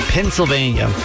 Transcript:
Pennsylvania